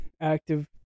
active